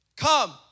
come